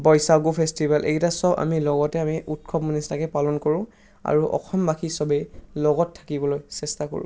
Baishagu festival এইকেইটা চব আমি লগতে আমি উৎসৱ নিচিনাকৈ পালন কৰোঁ আৰু অসমবাসী চবেই লগত থাকিবলৈ চেষ্টা কৰোঁ